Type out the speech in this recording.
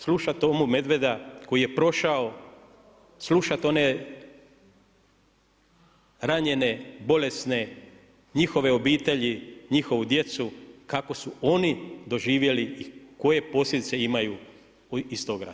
Slušati Tomu Medveda koji je prošao, slušati one ranjene, bolesne, njihove obitelji, njihovu djecu, kako su oni doživjeli i koje posljedice imaju iz tog rata.